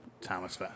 Thomas